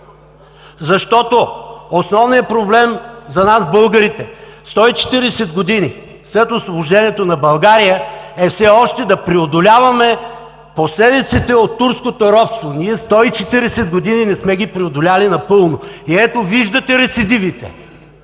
Основният проблем за нас, българите, 140 години след Освобождението на България е все още да преодоляваме последиците от турското робство! Ние 140 години не сме ги преодолели напълно! И ето, виждате рецидивите!